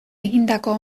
egindako